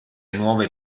nuove